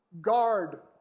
guard